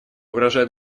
выражает